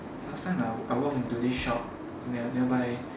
last time I walk into this shop near nearby